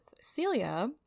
Celia